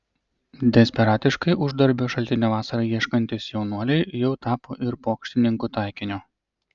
desperatiškai uždarbio šaltinio vasarai ieškantys jaunuoliai jau tapo ir pokštininkų taikiniu